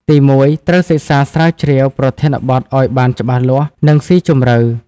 ទីមួយ ត្រូវសិក្សាស្រាវជ្រាវប្រធានបទឱ្យបានច្បាស់លាស់ និងស៊ីជម្រៅ។